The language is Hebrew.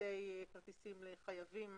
וכרטיסים לחייבים